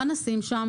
מה נשים שם